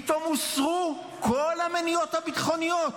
פתאום הוסרו כל המניעות הביטחוניות,